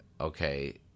okay